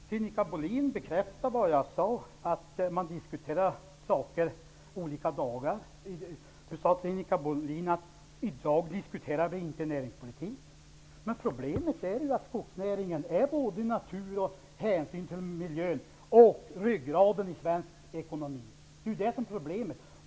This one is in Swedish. Herr talman! Sinikka Bohlin bekräftar det jag sade. Vi diskuterar olika saker olika dagar. Sinikka Bohlin sade att vi inte diskuterar näringspolitik i dag. Problemet är att skogsnäringen är både natur, hänsyn till miljön och ryggraden i svensk ekonomi. Det är det som är problemet.